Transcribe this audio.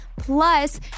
Plus